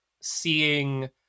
seeing